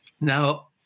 Now